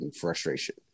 frustration